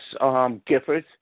Giffords